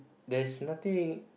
there's nothing